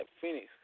Phoenix